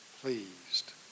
pleased